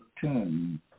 turn